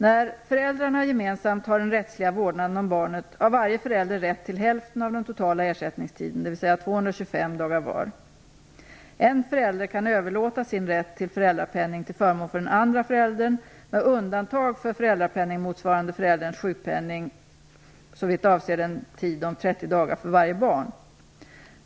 När föräldrarna gemensamt har den rättsliga vårdnaden om barnet har varje förälder rätt till hälften av den totala ersättningstiden, dvs. 225 dagar var. En förälder kan överlåta sin rätt till föräldrapenning till förmån för den andre föräldern, med undantag för föräldrapenning motsvarande förälderns sjukpenning såvitt avser en tid om 30 dagar för varje barn.